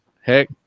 Heck